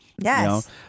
Yes